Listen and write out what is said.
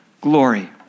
glory